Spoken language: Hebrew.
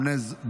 שני